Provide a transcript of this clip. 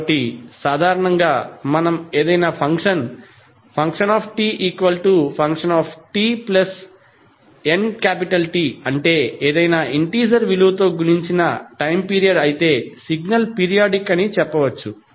కాబట్టి సాధారణంగా మనం ఏదైనా ఫంక్షన్ fftnT అంటే ఏదైనా ఇంటీజర్ విలువతో గుణించిన టైమ్ పీరియడ్ అయితే సిగ్నల్ పీరియాడిక్ అని చెప్పవచ్చు